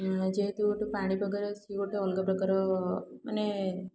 ଯେହେତୁ ଗୋଟେ ପାଣି ପାଗର ସେ ଗୋଟେ ଅଲଗା ପ୍ରକାର ମାନେ